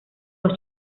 los